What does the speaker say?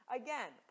again